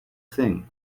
thing